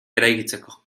eraikitzeko